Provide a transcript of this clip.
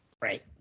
Right